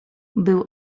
był